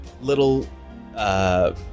little